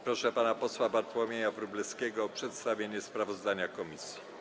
Proszę pana posła Bartłomieja Wróblewskiego o przedstawienie sprawozdania komisji.